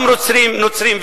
גם נוצרים,